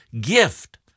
gift